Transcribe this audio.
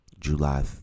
july